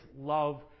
love